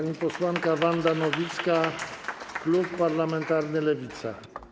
Pani posłanka Wanda Nowicka, klub parlamentarny Lewica.